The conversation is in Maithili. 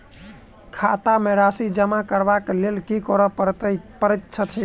खाता मे राशि जमा करबाक लेल की करै पड़तै अछि?